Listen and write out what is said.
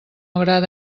agrada